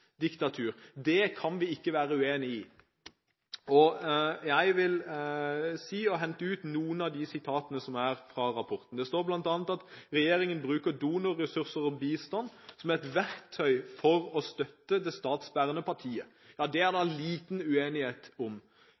diktatur. Det kan vi ikke være uenig i. Jeg vil hente ut noe fra rapporten. Det står bl.a. at regjeringen bruker donorressurser og bistand som et verktøy for å støtte det statsbærende partiet. Ja, det er det liten uenighet om.